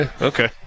Okay